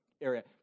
area